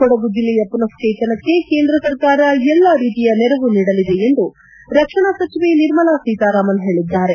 ಕೊಡಗು ಜಿಲ್ಲೆಯ ಮನಶ್ವೇತನಕ್ಕೆ ಕೇಂದ್ರ ಸರ್ಕಾರ ಎಲ್ಲಾ ರೀತಿಯ ನೆರವು ನೀಡಲಿದೆ ಎಂದು ರಕ್ಷಣಾ ಸಚಿವೆ ನಿರ್ಮಲಾ ಸೀತಾರಾಮನ್ ಹೇಳಿದ್ದಾರೆ